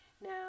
Now